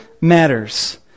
matters